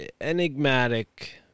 enigmatic